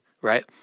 right